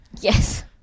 Yes